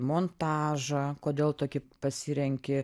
montažą kodėl tokį pasirenki